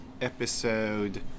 episode